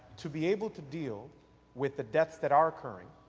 to be able to deal with the deaths that are occurring,